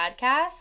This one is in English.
podcast